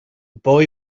boy